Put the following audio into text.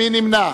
מי נמנע?